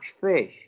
fish